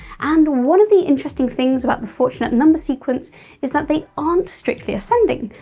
and one of the interesting things about the fortunate number sequence is that they aren't strictly ascending,